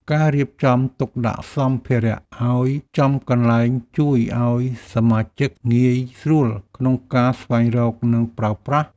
ការរៀបចំទុកដាក់សម្ភារៈឱ្យចំកន្លែងជួយឱ្យសមាជិកងាយស្រួលក្នុងការស្វែងរក និងប្រើប្រាស់។